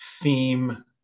theme